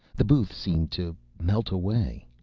the booth seemed to melt away.